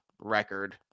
record